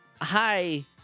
Hi